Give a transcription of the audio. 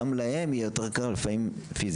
גם להם יהיה יותר קל לפעמים פיזית.